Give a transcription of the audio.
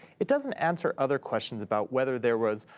it doesn't answer other questions about whether there was,